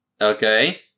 Okay